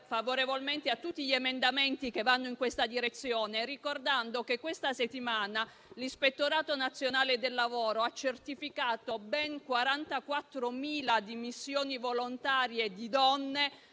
favorevolmente a tutti gli emendamenti che vanno in tale direzione, ricordando che questa settimana l'Ispettorato nazionale del lavoro ha certificato ben 44.000 dimissioni volontarie di donne